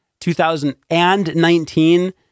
2019